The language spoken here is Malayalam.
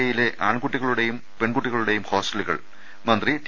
ഐയിലെ ആൺകുട്ടികളുടെയും പെൺകുട്ടികളുടെയും ഹോസ്റ്റലുകൾ മന്ത്രി ടി